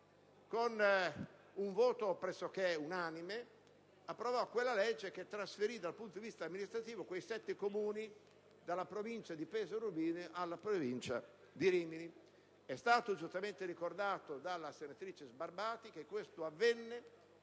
con un voto pressoché unanime, approvò una legge che trasferiva dal punto di vista amministrativo quei sette Comuni dalla Provincia di Pesaro e Urbino alla Provincia di Rimini. È stato giustamente ricordato dalla senatrice Sbarbati che ciò avvenne